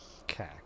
Okay